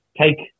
take